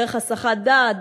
דרך הסחת דעת,